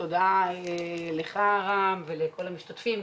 תודה לך רם ולכל המשתתפים,